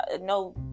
no